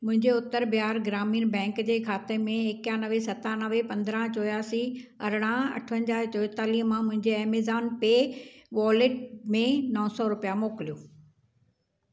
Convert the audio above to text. मुंहिंजे उत्तर बिहार ग्रामीण बैंक जे खाते में एकानवें सतानवें पंद्राहं चोरासी अरिड़हं अठवंजाहु चोएतालीह मां मुंहिंजे ऐमज़ॉन पे वॉलेट में नो सौ रुपिया मोकिलियो